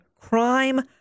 crime